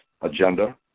agenda